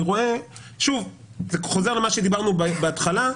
שוב, זה חוזר למה שדיברנו בהתחלה,